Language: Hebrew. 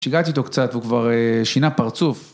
שיגעתי איתו קצת, הוא כבר שינה פרצוף.